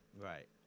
Right